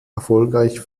erfolgreich